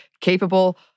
capable